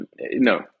no